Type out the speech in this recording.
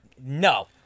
no